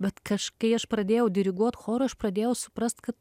bet kažkai kai aš pradėjau diriguot chorui aš pradėjau suprast kad